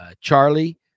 Charlie